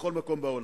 בכל מקום בעולם.